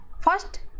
first